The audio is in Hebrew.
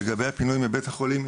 לגבי הפינוי מבית החולים,